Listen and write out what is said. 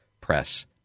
Press